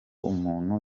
umuntu